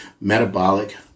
metabolic